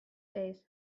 days